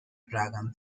dragon